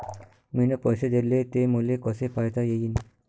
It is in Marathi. मिन पैसे देले, ते मले कसे पायता येईन?